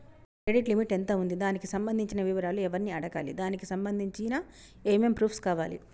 నా credit limit ఎంత ఉంది? దానికి సంబంధించిన వివరాలు ఎవరిని అడగాలి? దానికి సంబంధించిన ఏమేం ప్రూఫ్స్ కావాలి?